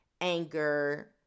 anger